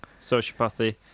Sociopathy